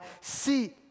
see